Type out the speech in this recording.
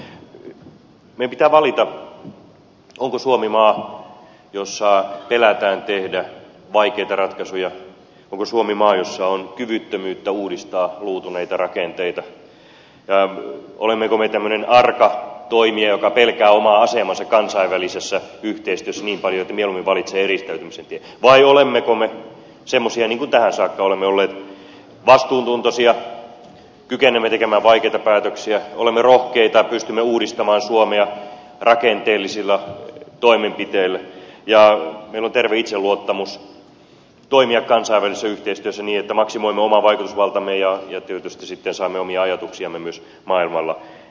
meidän pitää valita onko suomi maa jossa pelätään tehdä vaikeita ratkaisuja onko suomi maa jossa on kyvyttömyyttä uudistaa luutuneita rakenteita olemmeko me tämmöinen arka toimija joka pelkää omaa asemaansa kansainvälisessä yhteistyössä niin paljon että mieluummin valitsee eristäytymisen tien vai olemmeko me semmoisia niin kuin tähän saakka olemme olleet vastuuntuntoisia kykenemme tekemään vaikeita päätöksiä olemme rohkeita ja pystymme uudistamaan suomea rakenteellisilla toimenpiteillä ja meillä on terve itseluottamus toimia kansainvälisessä yhteistyössä niin että maksimoimme oman vaikutusvaltamme ja tietysti sitten saamme omia ajatuksiamme myös maailmalla läpi